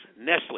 Nestle